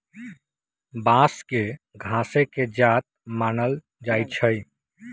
बांस के घासे के जात मानल जाइ छइ